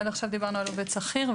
עד עכשיו דיברנו על עובד שכיר,